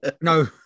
no